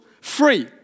free